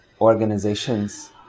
organizations